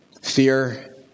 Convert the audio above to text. Fear